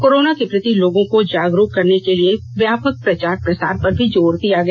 corona के प्रति लोगों को जागरुक करने को लिए व्यापक प्रचार प्रसार पर भी जोर दिया गया